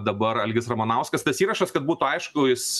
dabar algis ramanauskas tas įrašas kad būtų aišku jis